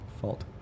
Fault